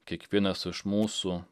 kiekvienas iš mūsų